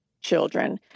children